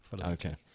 Okay